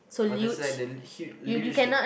or there's like the huge luge